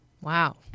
Wow